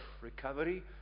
recovery